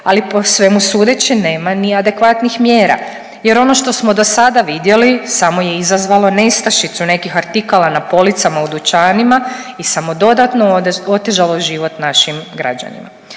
ali po svemu sudeći, nema ni adekvatnih mjera jer ono što smo do sada vidjeli, samo je izazvalo nestašicu nekih artikala na policama u dućanima i samo dodatno otežalo život našim građanima.